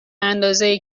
اندازه